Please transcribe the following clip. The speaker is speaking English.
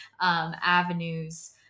avenues